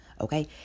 Okay